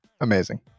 Amazing